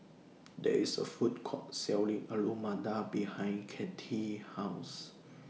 There IS A Food Court Selling Alu Matar behind Cathy's House